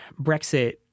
Brexit